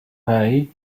hej